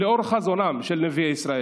לאור חזונם של נביאי ישראל,